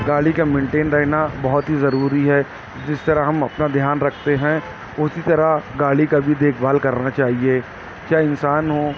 گاڑی کا مینٹین رہنا بہت ہی ضروری ہے جس طرح ہم اپنا دھیان رکھتے ہیں اسی طرح گاڑی کا بھی دیکھ بھال کرنا چاہیے چاہے انسان ہو